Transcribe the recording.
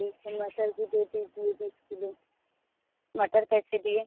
ठीक है मटर भी दे दीजिए बीस किलो मटर कैसे दिए